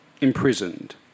imprisoned